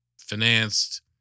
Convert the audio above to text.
financed